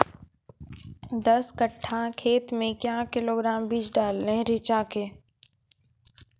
दस कट्ठा खेत मे क्या किलोग्राम बीज डालने रिचा के?